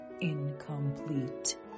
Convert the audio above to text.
incomplete